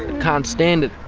can't stand it.